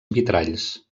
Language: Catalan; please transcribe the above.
vitralls